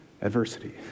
adversity